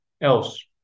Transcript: else